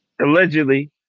Allegedly